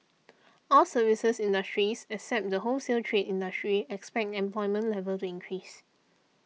all services industries except the wholesale trade industry expect employment level to increase